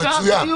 מצוין.